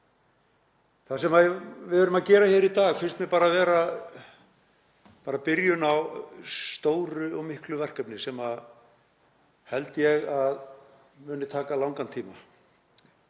Það sem við erum að gera hér í dag finnst mér vera byrjun á stóru og miklu verkefni sem ég held að muni taka langan tíma.